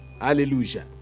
Hallelujah